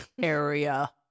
area